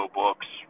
books